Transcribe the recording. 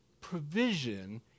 provision